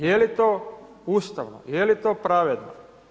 Je li to ustavno, je li to pravedno?